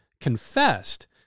confessed